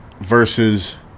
versus